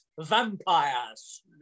vampires